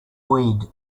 weed